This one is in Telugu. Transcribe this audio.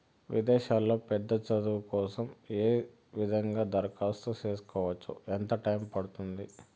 విదేశాల్లో పెద్ద చదువు కోసం ఏ విధంగా దరఖాస్తు సేసుకోవచ్చు? ఎంత టైము పడుతుంది?